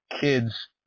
kids –